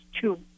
two